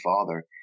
father